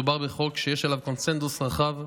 מדובר בחוק שיש עליו קונסנזוס רחב.